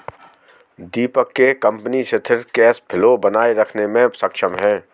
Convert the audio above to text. दीपक के कंपनी सिथिर cash flow बनाए रखने मे सक्षम है